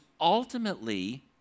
ultimately